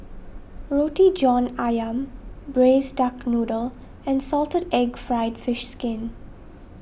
Roti John Ayam Braised Duck Noodle and Salted Egg Fried Fish Skin